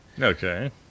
Okay